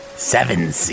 Seven